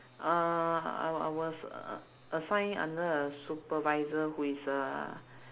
uh I I was a~ assign under a supervisor who is a